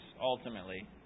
ultimately